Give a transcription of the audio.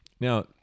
Now